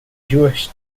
jewish